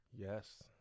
Yes